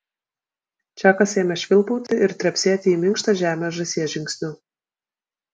čakas ėmė švilpauti ir trepsėti į minkštą žemę žąsies žingsniu